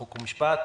חוק ומשפט,